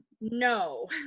no